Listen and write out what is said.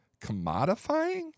Commodifying